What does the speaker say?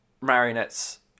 Marionettes